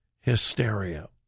hysteria